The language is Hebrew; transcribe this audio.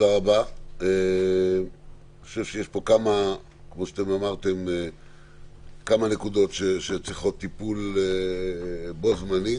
אני חושב שיש כאן כמה נקודות שצריכות טיפול בו זמנית.